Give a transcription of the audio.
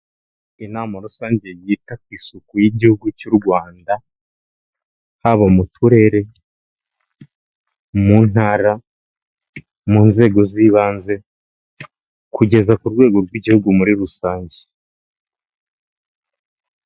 Inama rusange yita ku isuku y'igihugu cy'u Rwanda haba mu turere, mu ntara, mu nzego z'ibanze, kugeza ku rwego rw'igihugu muri rusange.